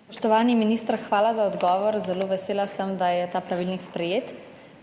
Spoštovani minister, hvala za odgovor. Zelo sem vesela, da je ta pravilnik sprejet.